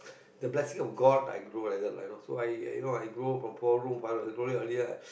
the blessing of god I grow like that you know so I grow from four room five room I told you earlier